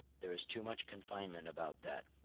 there is too much confinement about that.